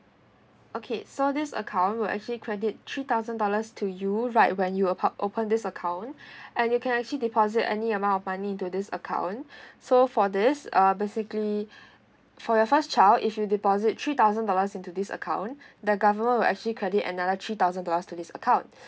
okay so this account will actually credit three thousand dollars to you right when you park uh open this account and you can actually deposit any amount of money into this account so for this uh basically for your first child if you deposit three thousand dollars into this account the government will actually credit another three thousand dollars to this account